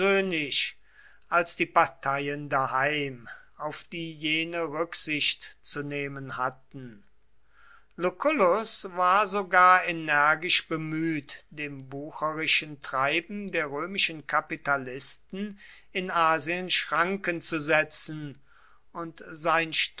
als die parteien daheim auf die jene rücksicht zu nehmen hatten lucullus war sogar energisch bemüht dem wucherischen treiben der römischen kapitalisten in asien schranken zu setzen und sein